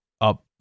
up